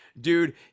Dude